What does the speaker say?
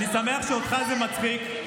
אני שמח שאותך זה מצחיק.